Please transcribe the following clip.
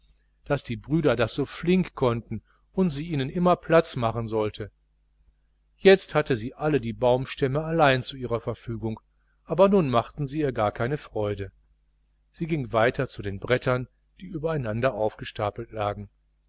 daß die brüder das so flink konnten und sie ihnen immer platz machen sollte jetzt hatte sie alle die baumstämme allein zu ihrer verfügung aber nun machten sie ihr keine freude sie ging weiter zu den brettern die übereinander aufgestapelt lagen